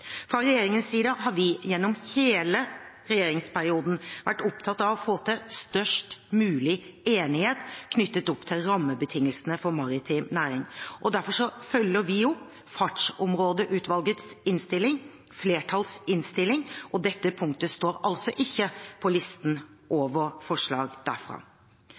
Fra regjeringens side har vi gjennom hele regjeringsperioden vært opptatt av å få til størst mulig enighet knyttet til rammebetingelsene for maritim næring. Derfor følger vi opp Fartsområdeutvalgets innstilling – flertallsinnstilling – og dette punktet står altså ikke på listen over forslag derfra.